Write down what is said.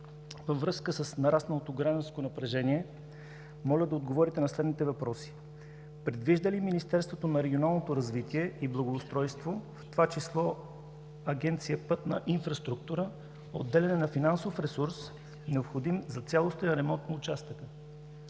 Във връзка с нарасналото гражданско напрежение, моля да отговорите на следните въпроси: предвижда ли Министерството на регионалното развитие и благоустройството, в това число Агенция „Пътна инфраструктура“, отделяне на финансов ресурс, необходим за цялостен ремонт на участъка?